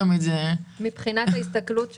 מבחינת ההסתכלות שלנו,